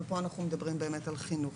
אבל פה אנחנו מדברים על חינוך.